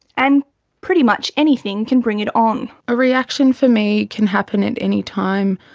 and pretty much anything can bring it on. a reaction for me can happen at any time.